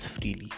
Freely